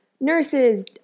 nurses